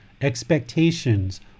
expectations